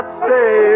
stay